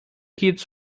kids